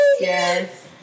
yes